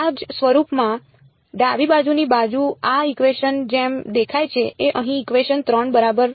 આ જ સ્વરૂપમાં ડાબી બાજુની બાજુ આ ઇકવેશન ની જેમ દેખાય છે અહીં ઇકવેશન 3 બરાબર